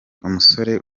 umusore